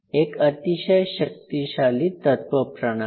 एक अतिशय शक्तिशाली तत्वप्रणाली